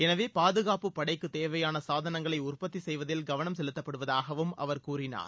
எனவே பாதுகாப்புப் படைக்கு தேவையாள சாதனங்களை உற்பத்தி செய்வதில் கவனம் செலுத்தப்படுவதாகவும் அவர் கூறினார்